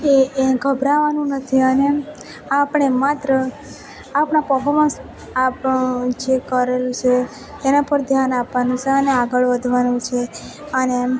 એ એ ગભરાવાનું નથી અને આપણે માત્ર આપણા પર્ફોમન્સ આપણું જે કરેલ છે તેના પર ધ્યાન આપવાનું છે અને આગળ વધવાનું છે અને એમ